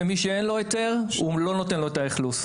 מי שאין לו היתר, הוא לא נותן לו את האכלוס.